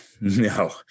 no